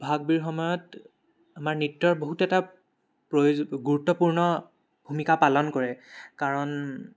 বহাগ বিহুৰ সময়ত আমাৰ নৃত্যৰ বহুত এটা প্ৰয়ো গুৰুত্বপূৰ্ণ ভূমিকা পালন কৰে কাৰণ